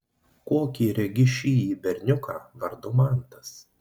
kokį regi šįjį berniuką vardu mantas